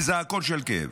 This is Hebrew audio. בזעקות של כאב,